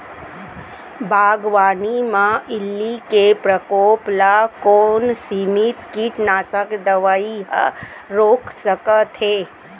बागवानी म इल्ली के प्रकोप ल कोन सीमित कीटनाशक दवई ह रोक सकथे?